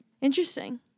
Interesting